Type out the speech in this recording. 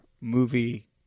movie